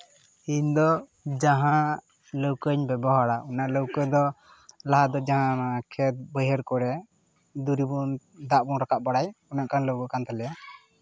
ᱤᱧ ᱫᱚ ᱡᱟᱦᱟᱸ ᱱᱟᱹᱣᱠᱟᱹᱧ ᱵᱮᱵᱚᱦᱟᱨᱟ ᱚᱱᱟ ᱞᱟᱹᱣᱠᱟᱹ ᱫᱚ ᱞᱟᱦᱟ ᱫᱚ ᱡᱟᱦᱟᱸ ᱠᱷᱮᱛ ᱵᱟᱹᱭᱦᱟᱹᱲ ᱠᱚᱨᱮ ᱫᱚᱨᱮ ᱵᱚᱱ ᱫᱟᱜ ᱵᱚᱱ ᱨᱟᱠᱟᱵ ᱵᱟᱲᱟᱭ ᱚᱱᱮ ᱚᱱᱠᱟᱱ ᱞᱟᱹᱣᱠᱟᱹ ᱠᱟᱱ ᱛᱟᱞᱮᱭᱟ